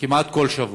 כמעט כל שבוע,